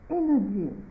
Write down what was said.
energy